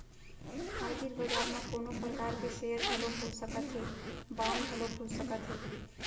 हाजिर बजार म कोनो परकार के सेयर घलोक हो सकत हे, बांड घलोक हो सकत हे